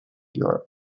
europe